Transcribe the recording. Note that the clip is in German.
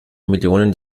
millionen